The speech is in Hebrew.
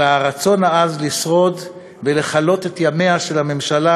אלא הרצון העז לשרוד ולכלות את ימיה של הממשלה,